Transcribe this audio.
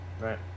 Right